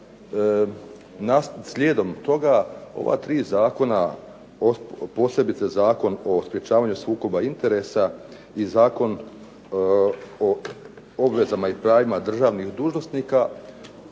slijedom toga ova tri Zakona, posebice Zakon o sprečavanju sukoba interesa i Zakon o obvezama i pravima državnih dužnosnika